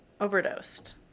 overdosed